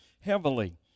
heavily